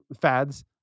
fads